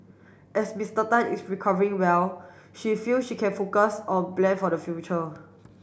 as Mister Tan is recovering well she feel she can focus on plan for the future